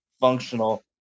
functional